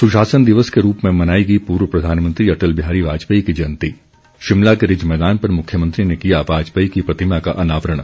सुशासन दिवस के रूप में मनाई गई पूर्व प्रधामनंत्री अटल बिहारी वाजपेयी की जयंती शिमला के रिज मैदान पर मुख्यमंत्री ने किया वाजपेयी की प्रतिमा का अनावरण